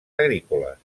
agrícoles